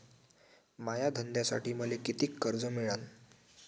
माया धंद्यासाठी मले कितीक कर्ज मिळनं?